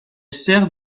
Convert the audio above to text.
sert